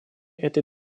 этой